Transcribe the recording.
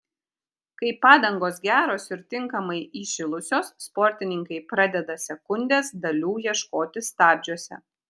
kai padangos geros ir tinkamai įšilusios sportininkai pradeda sekundės dalių ieškoti stabdžiuose